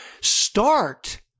start